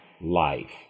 life